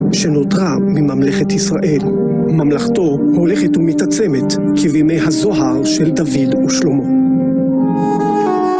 שנותרה מממלכת ישראל, ממלכתו הולכת ומתעצמת כבימי הזוהר של דוד ושלמה.